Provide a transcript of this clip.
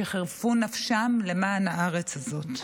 שחירפו נפשם למען הארץ הזאת.